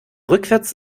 rückwärts